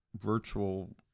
virtual